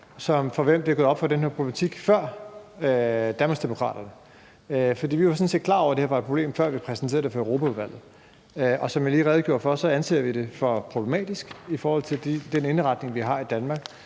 her problematik er gået op for, før den gjorde det for Danmarksdemokraterne. For vi var jo sådan set klar over, at det her var et problem, før vi præsenterede det for Europaudvalget. Og som jeg lige redegjorde for, anser vi det for problematisk i forhold til den indretning, vi har i Danmark.